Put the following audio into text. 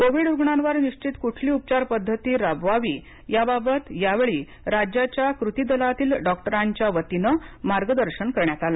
Covid रुग्णांवर निश्चित कुठली उपचार पध्दती राबवाबी याबाबत यावेळी राज्याच्या कृती दलातील डॉक्टरांच्या वतीनं मार्गदर्शन करण्यात आलं